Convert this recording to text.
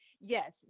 yes